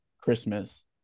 Christmas